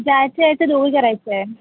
जायचं यायचं दोघी करायचं आहे